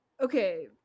okay